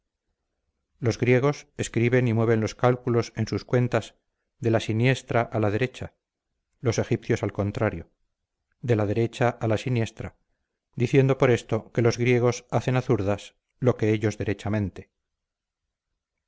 los griegos escriben y mueven los cálculos en sus cuentas de la siniestra a la derecha los egipcios al contrario de la derecha a la siniestra diciendo por esto que los griegos hacen a zurdas lo que ellos derechamente